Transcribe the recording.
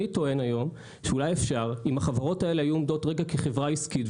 אני טוען היום שאם החברות האלה היו עומדות רגע כחברה עסקית,